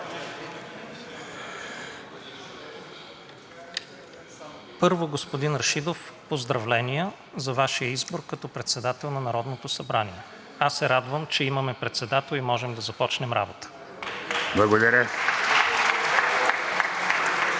Първо, господин Рашидов, поздравления за Вашия избор за председател на Народното събрание! Аз се радвам, че имаме председател и можем да започнем работа.